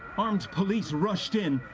armed police rushed in,